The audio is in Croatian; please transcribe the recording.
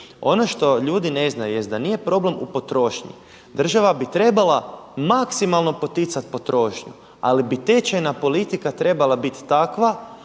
Ono što ljudi ne znaju jest da nije problem u potrošnji, država bi trebala maksimalno poticati potrošnju, ali bi tečajna politika trebala biti takva